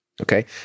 Okay